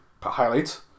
highlights